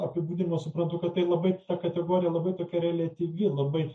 apibūdinimo suprantu kad tai labai kategorija labai reliatyvi labai